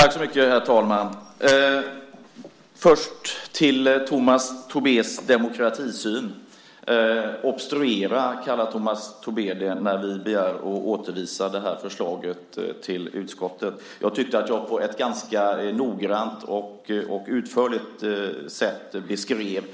Herr talman! Först gäller det Tomas Tobés demokratisyn. Tomas Tobé kallar det för att obstruera när vi begär att få förslaget återförvisat till utskottet. Jag tyckte att jag på ett ganska noggrant och utförligt sätt beskrev